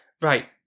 Right